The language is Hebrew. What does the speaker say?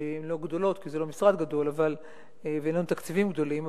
הן לא גדולות כי זה לא משרד גדול ואין לנו תקציבים גדולים,